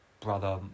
brother